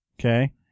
okay